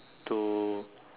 to